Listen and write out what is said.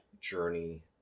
journey